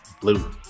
blue